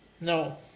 No